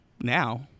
now